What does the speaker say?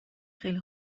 خیلی